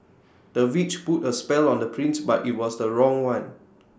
the witch put A spell on the prince but IT was the wrong one